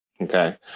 Okay